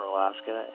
Alaska